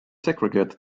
segregate